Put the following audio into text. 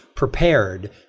prepared